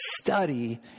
study